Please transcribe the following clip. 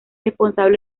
responsable